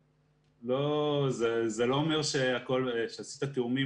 זה לא אומר שאם עשית תיאומים,